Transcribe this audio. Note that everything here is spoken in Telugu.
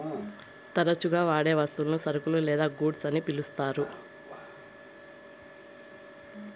తరచుగా వాడే వస్తువులను సరుకులు లేదా గూడ్స్ అని పిలుత్తారు